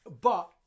but-